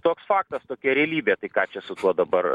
toks faktas tokia realybė tai ką čia su tuo dabar